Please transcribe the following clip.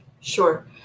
Sure